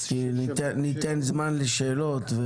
אז ניתן זמן לשאלות.